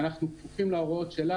ואנחנו כפופים להוראות שלה,